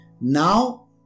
Now